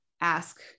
ask